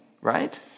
right